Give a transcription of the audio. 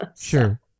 Sure